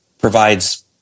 provides